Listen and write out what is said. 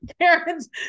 Karen's